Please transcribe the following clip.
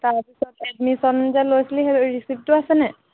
তাৰপিছত এডমিশ্যন যে লৈছিলি সেইটো ৰিচিপ্টটো আছেনে নাই